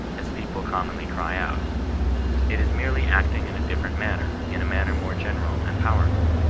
as people com monly cry out it is merely acting in a different manner, in a manner more general and powerful.